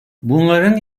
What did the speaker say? bunların